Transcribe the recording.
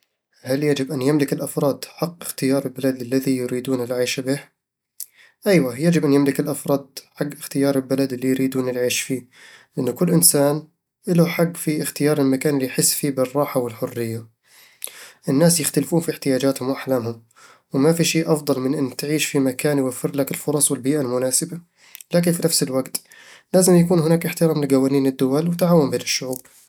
هل يجب أن يملك الأفراد حق اختيار البلد الذي يريدون العيش به؟ أيوه، يجب أن يملك الأفراد حق اختيار البلد اللي يريدون العيش فيه، لأنه كل إنسان له الحق في اختيار المكان اللي يحس فيه بالراحة والحرية الناس يختلفون في احتياجاتهم وأحلامهم، وما في شي أفضل من أن تعيش في مكان يوفر لك الفرص والبيئة المناسبة لكن في نفس الوقت، لازم يكون هناك احترام لقوانين الدول وتعاون بين الشعوب